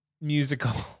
musical